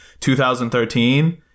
2013